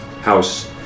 house